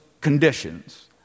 conditions